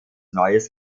neues